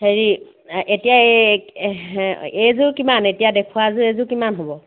হেৰি এতিয়া এই এইযোৰ কিমান এতিয়া দেখুওৱাযোৰ এইযোৰ কিমান হ'ব